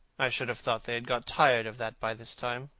i should have thought they had got tired of that by this time,